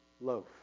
loaf